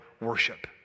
worship